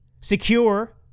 secure